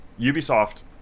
Ubisoft